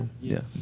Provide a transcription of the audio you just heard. Yes